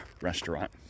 restaurant